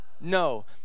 No